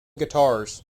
guitars